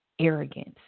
arrogance